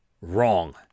Wrong